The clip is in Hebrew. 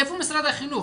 איפה משרד החינוך?